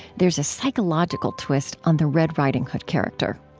there's a psychological twist on the red riding hood character.